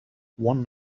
one